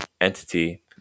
entity